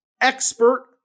expert